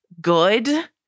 good